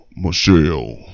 michelle